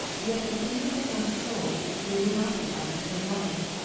yet if these had not a soul, they would not be objects of love.